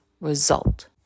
result